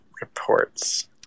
Reports